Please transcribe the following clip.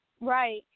Right